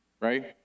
Right